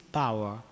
power